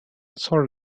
sworn